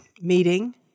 meeting